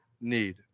need